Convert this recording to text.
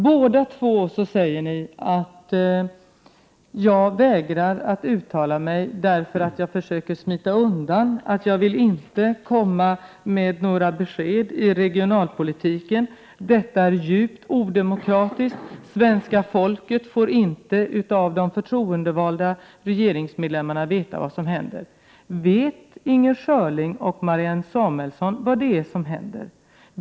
Båda två säger ni att jag vägrar att uttala mig därför att jag försöker smita undan och inte vill ge några besked om regionalpolitiken. Detta är, menar ni, djupt odemokratiskt — svenska folket får inte av de förtroendevalda regeringsmedlemmarna veta vad som händer. Vet Inger Schörling och Marianne Samuelsson vad som händer?